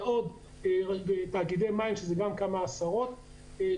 ועוד כמה עשרות תאגידי מים,